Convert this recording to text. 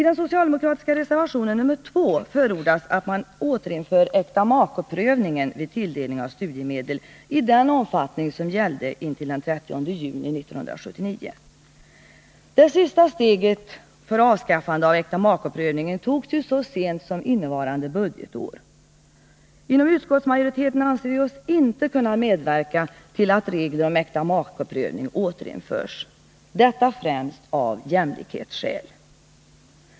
Det sista steget mot avskaffande av äktamakeprövningen togs så sent som innevarande budgetår. Utskottets majoritet anser sig inte kunna medverka till att regler om äktamakeprövning återinförs — detta främst av jämlikhetsskäl.